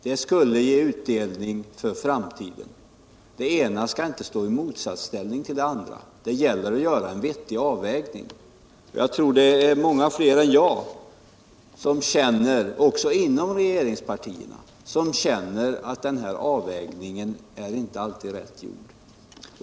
Det skulle ge utdelning för framtiden. Men det ena skall inte stå i motsatsställning till det andra. Det gäller att göra en vettig avvägning. Jag tror att många med mig — också inom regeringspartierna — känner att denna avvägning inte alltid är rätt gjord.